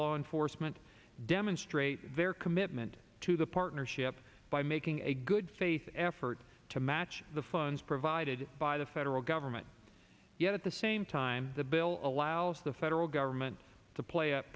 law enforcement demonstrate their commitment to the partnership by making a good faith effort to match the funds provided by the federal government yet at the same time the bill allows the federal government to play a